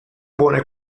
buone